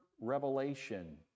revelation